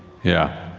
yeah.